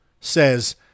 says